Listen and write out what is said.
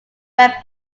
web